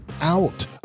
out